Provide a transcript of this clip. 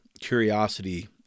Curiosity